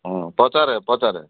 ହଁ ପଚାରେ ପଚାରେ